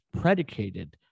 predicated